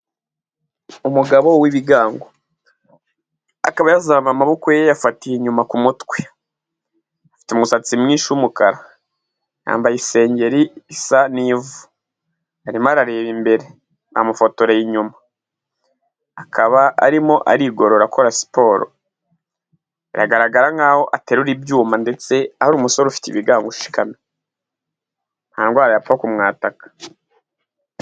Umugabo w'ibigango, akaba yazamu amaboko ye ayafatiye inyuma ku mutwe, afite umusatsi mwinshi w'umukara, yambaye isengeri isa n'ivu, arimo arareba imbere, namufotoreye inyuma, akaba arimo arigorora akora siporo, aragaragara nk'aho aterura ibyuma ndetse ari umusore ufite ibigango ushikamye, nta ndwara yapfa ku mwataka.